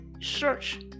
search